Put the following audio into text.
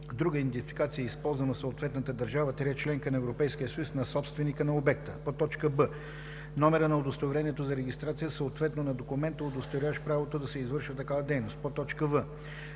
друга идентификация, използвана в съответната държава – членка на Европейския съюз, на собственика на обекта; б) номера на удостоверението за регистрация, съответно на документа, удостоверяващ правото да се извършва такава дейност; в)